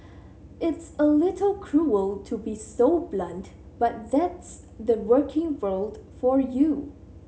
it's a little cruel to be so blunt but that's the working world for you